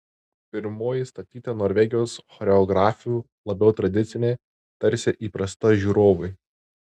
pirmoji statyta norvegijos choreografių labiau tradicinė tarsi įprasta žiūrovui